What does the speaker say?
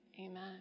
Amen